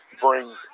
bring –